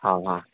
ہاں ہاں